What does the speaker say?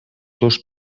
dos